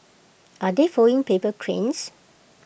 are they folding paper cranes